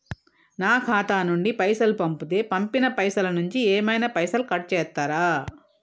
నా ఖాతా నుండి పైసలు పంపుతే పంపిన పైసల నుంచి ఏమైనా పైసలు కట్ చేత్తరా?